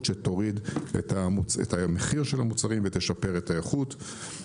שתוריד את המחיר של המוצרים וישפרו את האיכות.